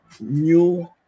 new